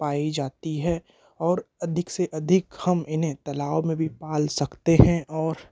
पाई जाती है और अधिक से अधिक हम इन्हें तालाब में भी पाल सकते हैं और